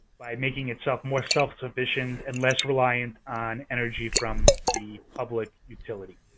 by making itself more self-sufficient and less reliant on energy from the public utility.